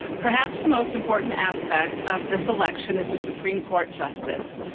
perhaps the most important aspect of this election is the supreme court justice.